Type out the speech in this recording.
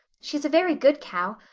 she's a very good cow.